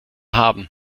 haben